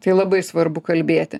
tai labai svarbu kalbėti